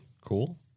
Cool